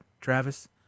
Travis